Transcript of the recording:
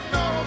no